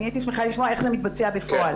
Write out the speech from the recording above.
אני הייתי שמחה לשמוע איך זה מתבצע בפועל.